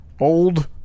old